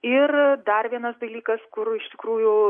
ir dar vienas dalykas kur iš tikrųjų